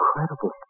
incredible